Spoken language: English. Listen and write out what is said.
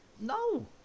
No